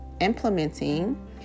implementing